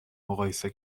مقایسه